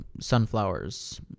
sunflowers